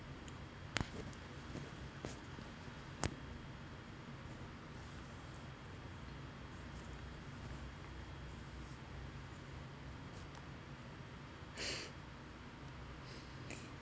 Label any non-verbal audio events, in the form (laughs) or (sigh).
(laughs)